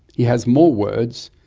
he has more words,